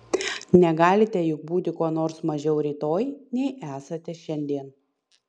negalite juk būti kuo nors mažiau rytoj nei esate šiandien